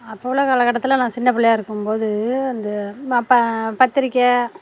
அப்பவுள்ள காலகட்டத்தில் நான் சின்னப்பிள்ளயா இருக்கும் போது அந்த ப ப பத்திரிக்கை